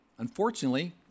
Unfortunately